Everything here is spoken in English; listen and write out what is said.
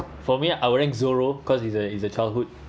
for me I would rank zoro cause it's a it's a childhood